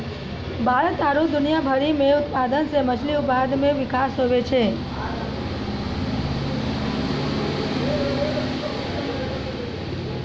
भारत आरु दुनिया भरि मे उत्पादन से मछली उत्पादन मे बिकास होलो छै